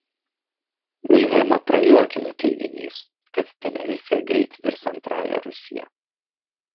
vilhelmą prajuokino teiginys kad tenerifė greit virs antrąja rusija